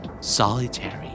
Solitary